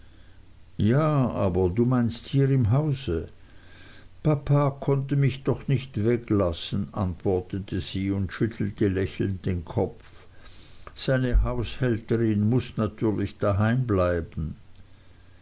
ja aber du meinst hier im hause papa konnte mich doch nicht weglassen antwortete sie und schüttelte lächelnd den kopf seine haushälterin muß natürlich daheim bleiben